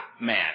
man